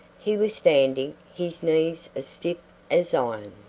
he was standing, his knees as stiff as iron.